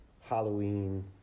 Halloween